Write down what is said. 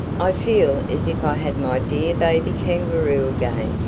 i feel as if i had my dear baby kangaroo again!